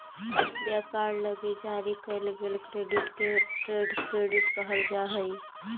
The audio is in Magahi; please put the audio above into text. व्यापार लगी जारी कईल गेल क्रेडिट के ट्रेड क्रेडिट कहल जा हई